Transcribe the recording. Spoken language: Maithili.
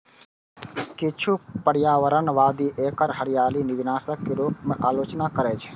किछु पर्यावरणवादी एकर हरियाली विनाशक के रूप मे आलोचना करै छै